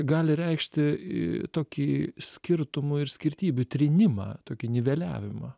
gali reikšti tokį skirtumų ir skirtybių trynimą tokį niveliavimą